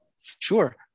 Sure